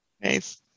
Nice